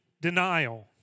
denial